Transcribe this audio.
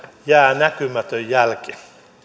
jää näkymätön jälki